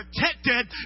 protected